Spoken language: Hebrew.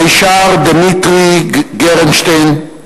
מישר דימיטרי גרשטיין,